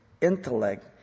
intellect